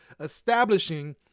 establishing